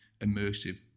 immersive